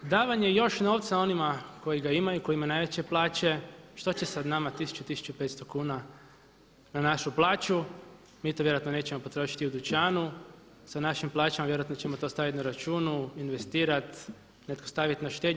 Davanje još novca onima koji ga imaju i koji imaju najveće plaće što će sad nama 1000, 1500 kuna na našu plaću, mi to vjerojatno nećemo potrošiti u dućanu, sa našim plaćama vjerojatno ćemo to ostaviti na računu, investirat, netko stavit na štednju.